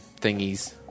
thingies